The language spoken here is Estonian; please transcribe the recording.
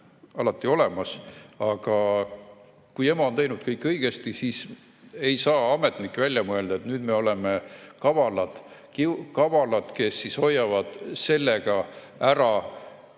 alati olemas, aga kui ema on teinud kõik õigesti, siis ei saa ametnik välja mõelda, et nüüd ollakse kavalad ja hoitakse sellega ära